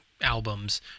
albums